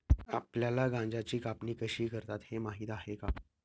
आपल्याला गांजाची कापणी कशी करतात हे माहीत आहे का?